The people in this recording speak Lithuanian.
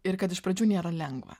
ir kad iš pradžių nėra lengva